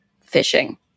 fishing